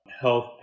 health